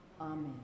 Amen